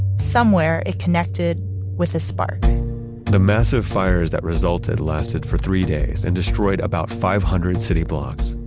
somewhere, it connected with a spark the massive fires that resulted lasted for three days and destroyed about five hundred city blocks.